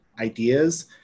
ideas